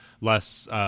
less